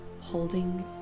Holding